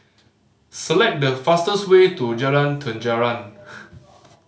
select the fastest way to Jalan Terentang